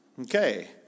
Okay